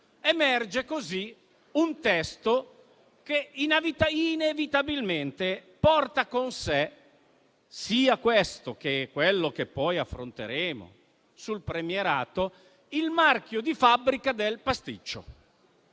emerge un testo che inevitabilmente porta con sé - sia questo che quello che poi affronteremo sul premierato - il marchio di fabbrica del pasticcio.